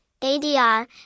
ADR